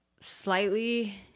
slightly